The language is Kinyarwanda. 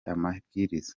amabwiriza